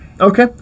Okay